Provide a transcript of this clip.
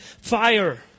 fire